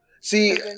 See